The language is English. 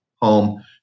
home